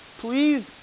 please